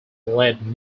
led